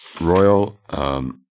Royal